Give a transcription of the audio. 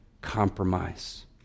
compromise